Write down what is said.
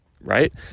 right